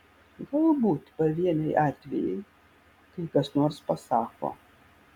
galbūt pavieniai atvejai kai kas nors pasako